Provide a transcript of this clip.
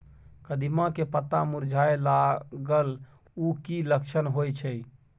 कदिम्मा के पत्ता मुरझाय लागल उ कि लक्षण होय छै?